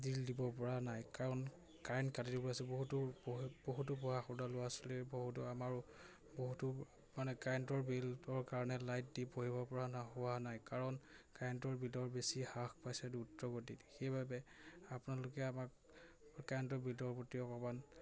বিল দিব পৰা নাই কাৰণ কাৰেণ্ট কাটি বহুতো ল'ৰা ছোৱালীৰ বহুতো আমাৰ বহুতো মানে কাৰেণ্টৰ বিলৰ কাৰণে লাইট দি পঢ়িব পৰা ন হোৱা নাই কাৰণ কাৰেণ্টৰ বিলৰ বেছি হ্ৰাস পাইছে সেইবাবে আপোনালোকে আমাক কাৰেণ্টৰ বিলৰ প্ৰতি অকমান